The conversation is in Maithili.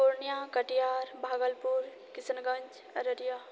पूर्णियाँ कटिहार भागलपुर किशनगञ्ज अररिया